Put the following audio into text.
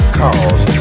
cause